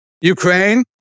Ukraine